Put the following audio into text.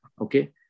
Okay